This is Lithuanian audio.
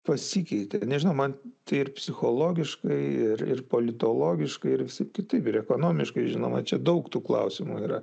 pasikeitė nežinau man tai ir psichologiškai ir ir politologiškai ir visai kitaip ir ekonomiškai žinoma čia daug tų klausimų yra